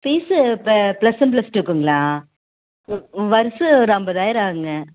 fees இப்போ plus one plus டூக்குங்களா வருஷம் ஒரு ஐம்பதாயிரம் ஆகுங்க